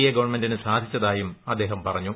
A ഗവൺമെന്റിന് സാധിച്ചതായും അദ്ദേഹം പറഞ്ഞു